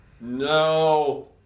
No